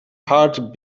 heart